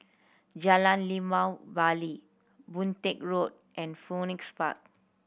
Jalan Limau Bali Boon Teck Road and Phoenix Park